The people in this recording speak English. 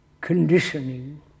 conditioning